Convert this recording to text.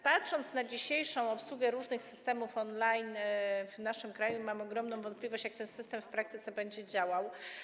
Patrząc na dzisiejszą obsługę różnych systemów on-line w naszym kraju, mam ogromną wątpliwość, jak ten system w praktyce będzie działał.